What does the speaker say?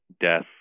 death